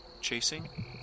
chasing